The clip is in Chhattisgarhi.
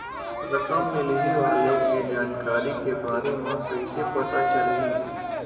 रकम मिलही वाले के जानकारी के बारे मा कइसे पता चलही?